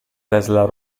tesla